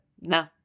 No